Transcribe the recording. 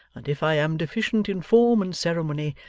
and if i am deficient in form and ceremony,